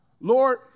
Lord